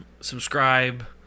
Subscribe